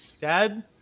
dad